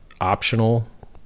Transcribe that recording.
optional